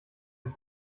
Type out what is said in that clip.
den